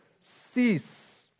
cease